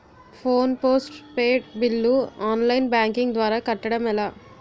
Phone postpaid bill online banking ద్వారా కట్టడం ఎలా?